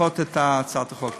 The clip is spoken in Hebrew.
לדחות את הצעת החוק.